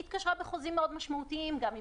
חברת אנרג'יאן התקשרה גם בחוזים משמעותיים מאוד עם